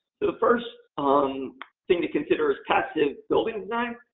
the first um thing to consider is passive building design.